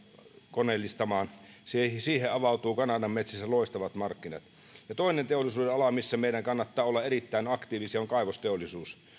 koneellistamaan siihen avautuvat kanadan metsissä loistavat markkinat toinen teollisuudenala missä meidän kannattaa olla erittäin aktiivisia on kaivosteollisuus